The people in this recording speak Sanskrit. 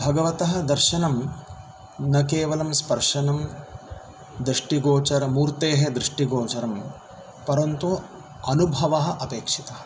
भगवतः दर्शनं न केवलं स्पर्शनं दृष्टिगोचरमूर्तेः दृष्टिगोचरम् परन्तु अनुभवः अपेक्षितः